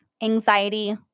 anxiety